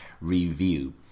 review